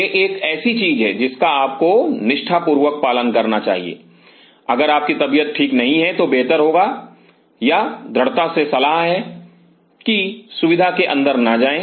यह एक ऐसी चीज है जिसका आपको निष्ठापूर्वक पालन करना चाहिए अगर आपकी तबियत ठीक नहीं है तो बेहतर है या दृढ़ता से सलाह है कि सुविधा के अंदर ना जाएं